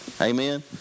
Amen